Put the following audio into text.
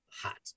hot